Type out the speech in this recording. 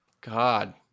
God